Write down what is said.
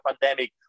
pandemic